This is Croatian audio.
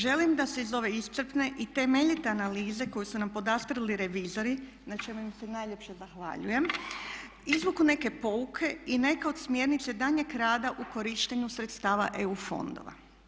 Želim da se iz ove iscrpne i temeljite analize koju su nam podastrli revizori na čemu im se najljepše zahvaljujem izvuku neke pouke i neke od smjernica daljnjeg rada u korištenju sredstava EU fondova.